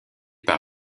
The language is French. par